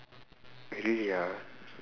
really ah